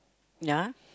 ya